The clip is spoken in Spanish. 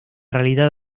realidad